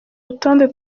rutonde